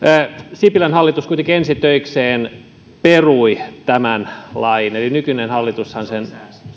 sipilän hallitus kuitenkin ensi töikseen perui tämän lain eli nykyinen hallitushan sen